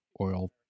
oil